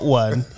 one